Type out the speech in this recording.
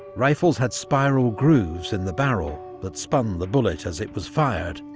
rifles had spiral grooves in the barrel that spun the bullet as it was fired,